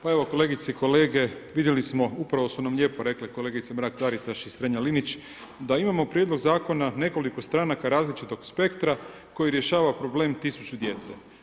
Pa evo kolegice i kolege, vidjeli smo upravo su nam lijepo kolegice Mrak-Taritaš i Strenja-Linić da imamo prijedlog zakona nekoliko stranaka različitog spektra koji rješava problem 1000 djece.